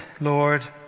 Lord